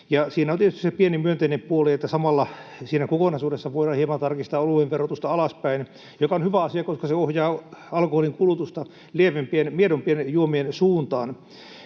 siinä on tietysti se pieni myönteinen puoli, että samalla siinä kokonaisuudessa voidaan hieman tarkistaa oluen verotusta alaspäin, mikä on hyvä asia, koska se ohjaa alkoholin kulutusta miedompien juomien suuntaan.